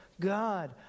God